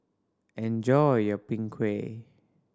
enjoy your Png Kueh